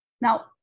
Now